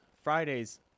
Fridays